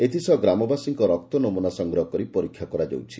ଏଥିସହ ଗ୍ରାମବାସୀଙ୍କ ରକ୍ତ ନମୂନା ସଂଗ୍ରହ କରି ପରୀକ୍ଷା କରାଯାଉଛି